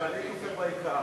(קביעת שער מזערי להצמדה כתנאי מקפח),